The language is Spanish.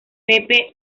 pepe